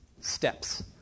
steps